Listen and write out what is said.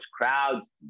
crowds